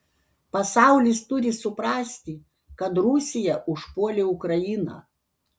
pasaulis turi suprasti kad rusija užpuolė ukrainą